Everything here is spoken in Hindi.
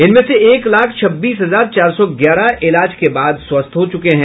इनमें से एक लाख छब्बीस हजार चार सौ ग्यारह इलाज के बाद स्वस्थ हो चुके हैं